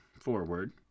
forward